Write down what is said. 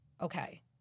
okay